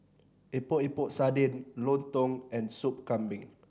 Epok Epok Sardin lontong and Soup Kambing